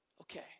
Okay